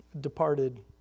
departed